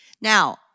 Now